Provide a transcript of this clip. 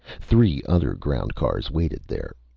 three other ground cars waited there.